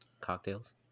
cocktails